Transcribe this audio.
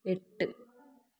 എട്ട്